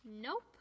Nope